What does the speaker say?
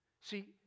See